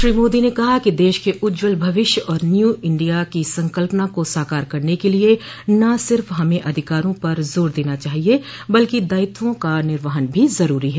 श्री मोदी ने कहा कि देश के उज्ज्वल भविष्य और न्यू इण्डिया की संकल्पना को साकार करने के लिए न सिर्फ हमे अपने अधिकारों पर जोर देना चाहिए बल्कि दायित्वों का निर्वहन भी जरूरी है